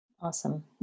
Awesome